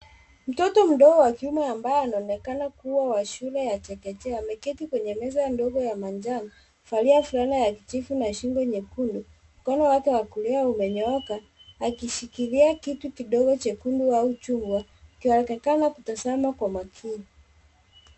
Mtoto mdogo wa kiume ambaye anaonekana kuwa wa shule ya chekechea ameketi kwenye meza ndogo ya manjano akivalia fulana ya kijivu na shingo nyekundu. Mkono wake wa kulia umenyooka akishikilia kitu kidogo chekundu au chungwa akionekana kutazama kwa makini.